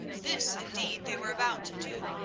this, indeed, they were about to do,